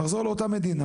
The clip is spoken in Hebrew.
נחזור לאותה מדינה,